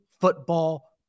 football